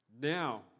Now